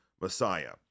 Messiah